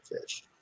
fish